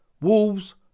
Wolves